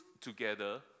together